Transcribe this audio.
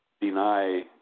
deny